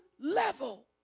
level